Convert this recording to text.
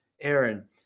Aaron